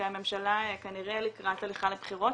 כשהממשלה כנראה לקראת הליכה לבחירות,